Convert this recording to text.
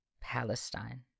Palestine